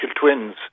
twins